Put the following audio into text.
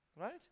right